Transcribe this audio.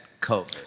coke